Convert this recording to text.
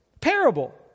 parable